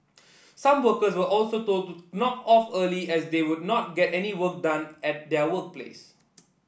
some workers were also told to knock off early as they would not get any work done at their workplace